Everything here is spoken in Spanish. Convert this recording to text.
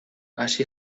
así